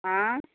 आं